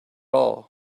all